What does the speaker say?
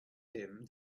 him